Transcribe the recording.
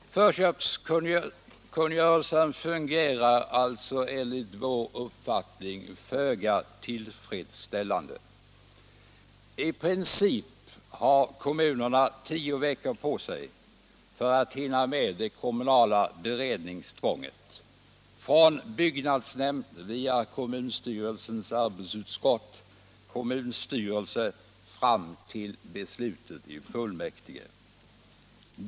Förköpskungörelsen fungerar alltså enligt vår uppfattning föga tillfredsställande. I princip har kommunerna tio veckor på sig för att hinna med det kommunala beredningstvånget — från byggnadsnämnd via kommunstyrelsens arbetsutskott och kommunstyrelsen fram till beslut av kommunfullmäktige.